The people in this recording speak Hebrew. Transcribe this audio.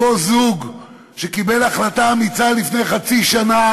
אותו זוג שקיבל החלטה אמיצה לפני חצי שנה